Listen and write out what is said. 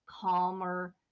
calmer